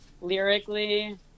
lyrically